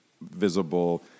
visible